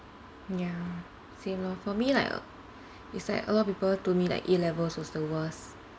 ya same lor for me like uh it's like a lot of people told me like A levels was the worse